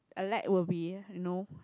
a lag will be you know